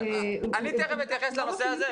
אוקיי, אני תיכף אתייחס לנושא הזה.